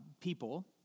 people